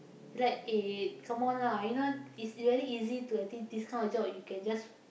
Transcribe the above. like eh come on lah you know it's very easy to I think this kind of job you can just